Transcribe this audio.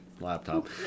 laptop